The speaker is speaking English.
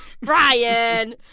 Brian